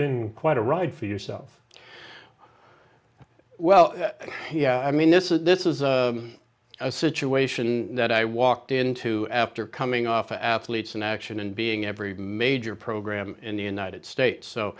been quite a ride for yourself well i mean this is this is a situation that i walked into after coming off athletes in action and being every major program in the united states so